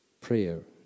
prayer